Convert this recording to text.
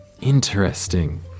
Interesting